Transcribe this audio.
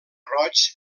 roig